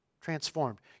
Transformed